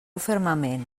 fermament